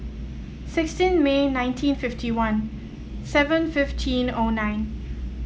sixteen May nineteen fifty one seven fifteen O nine